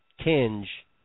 tinge